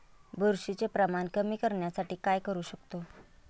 बुरशीचे प्रमाण कमी करण्यासाठी काय करू शकतो?